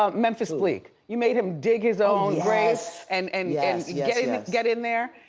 um memphis bleek. you made him dig his own grace and and yeah get in there.